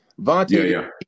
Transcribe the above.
Vontae